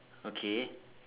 okay